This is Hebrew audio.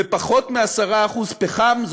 ופחות מ-10% בפחם.